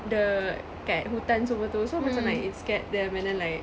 dekat hutan semua tu so macam like it scared them and then like